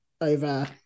over